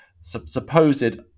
supposed